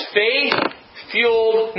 faith-fueled